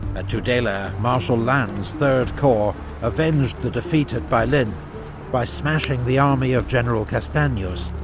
at tudela, marshal lannes' third corps avenged the defeat at bailen by smashing the army of general castanos,